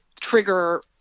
trigger